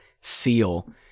Seal